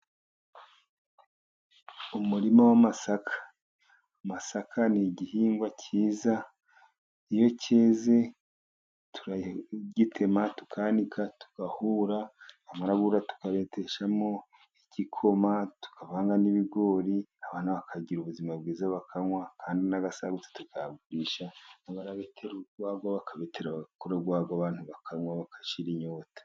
Umurima w'amasaka. Amasaka ni igihingwa cyiza. Iyo cyeze turagitema, tukanika, tugahura, amarabura tukabeteshamo igikoma, tukavanga n'ibigori. Abana bakagira ubuzima bwiza, bakanywa kandi n'asagutse tukayagurisha, abarabetera urwagwa bakabetera, bagakora urwagwa abantu bakanywa bagashira inyota.